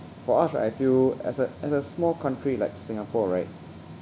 for us I feel as a as a small country like singapore right